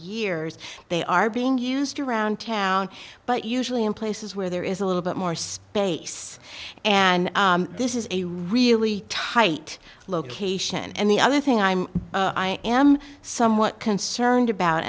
years they are being used around town but usually in places where there is a little bit more space and this is a really tight location and the other thing i'm i am somewhat concerned about